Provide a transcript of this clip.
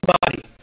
body